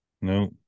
No